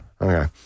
Okay